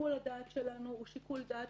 שיקול הדעת שלנו הוא שיקול דעת